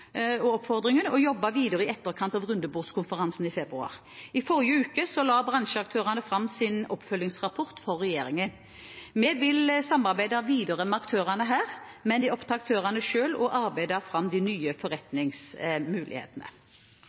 og konstruktivt på denne oppfordringen og jobbet videre i etterkant av rundebordskonferansen i februar. I forrige uke la bransjeaktørene fram sin oppfølgingsrapport for regjeringen. Vi vil samarbeide videre med aktørene her, men det er opp til aktørene selv å arbeide fram de nye forretningsmulighetene.